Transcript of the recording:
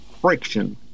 friction